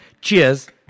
Cheers